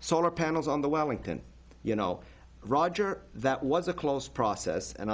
solar panels on the wellington you know roger that was a close process and